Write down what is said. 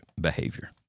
behavior